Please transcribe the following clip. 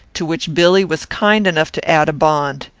to which billy was kind enough to add a bond.